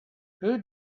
who